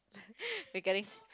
regarding